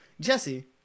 Jesse